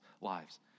lives